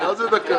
מה זה דקה?